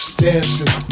dancing